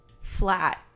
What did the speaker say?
flat